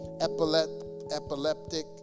epileptic